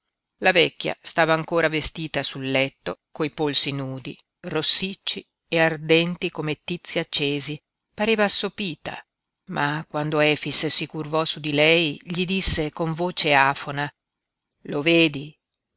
la vecchia stava ancora vestita sul letto coi polsi nudi rossicci e ardenti come tizzi accesi pareva assopita ma quando efix si curvò su di lei gli disse con voce afona lo vedi